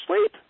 sleep